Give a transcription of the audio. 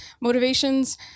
motivations